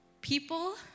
People